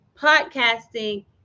podcasting